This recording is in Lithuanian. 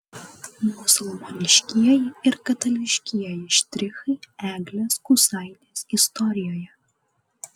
musulmoniškieji ir katalikiškieji štrichai eglės kusaitės istorijoje